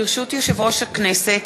ברשות יושב-ראש הכנסת,